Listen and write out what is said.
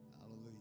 Hallelujah